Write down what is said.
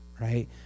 right